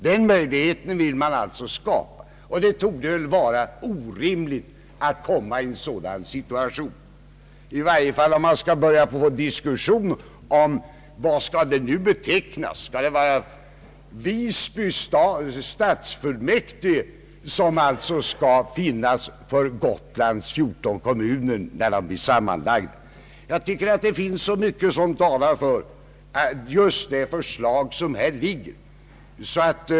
Den möjligheten vill man skapa, och den situationen torde vara orimlig. Skall det vara Visby stadsfullmäktige för Gotlands fjorton sammanslagna kommuner? Jag tycker det finns mycket som talar för just det förslag som här föreligger.